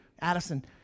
Addison